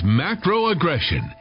macro-aggression